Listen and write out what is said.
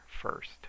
first